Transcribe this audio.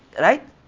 right